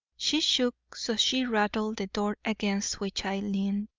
she shook so she rattled the door against which i leaned.